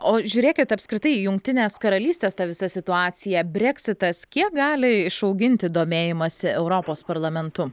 o žiūrėkit apskritai jungtinės karalystės ta visa situacija breksitas kiek gali išauginti domėjimąsi europos parlamentu